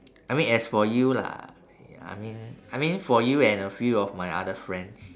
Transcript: I mean as for you lah I mean I mean for you and a few of my other friends